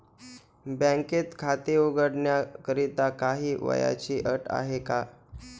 बँकेत खाते उघडण्याकरिता काही वयाची अट आहे का?